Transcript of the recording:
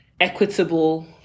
equitable